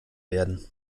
werden